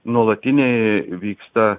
nuolatiniai vyksta